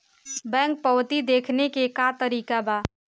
Bank पवती देखने के का तरीका बा?